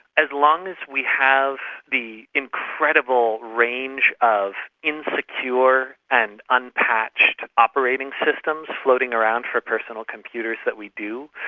as long as we have the incredible range of insecure and unpatched operating systems floating around for personal computers that we do,